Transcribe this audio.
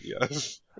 Yes